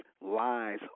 lies